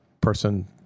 person